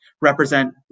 represent